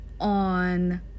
on